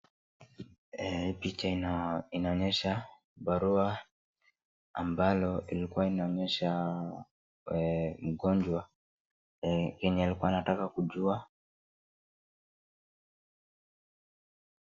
Hii picha inaonyesha barua ambayo ilikuwa inaonyesha mgonjwa yenye alikuwa anataka kujua.